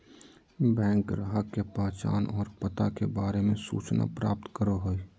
bank ग्राहक के पहचान और पता के बारे में सूचना प्राप्त करो हइ